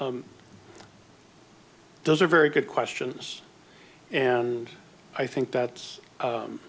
but those are very good questions and i think that's